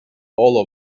all